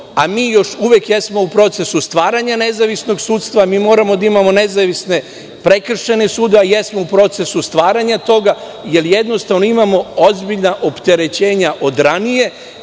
a mi još uvek jesmo u procesu stvaranja nezavisnog sudstva. Moramo da imamo nezavisne prekršajne sudove, jesmo u procesu stvaranja toga, ali, jednostavno imamo ozbiljna opterećenja od ranije. To